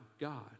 God